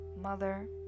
mother